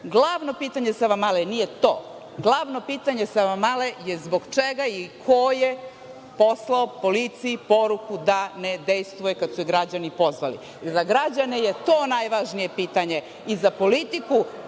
Glavno pitanje Savamale nije to. Glavno pitanje Savamale je – zbog čega je i ko je poslao policiji poruku da ne dejstvuje kada su je građani pozvali? Za građane je to najvažnije pitanje i za politiku